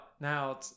now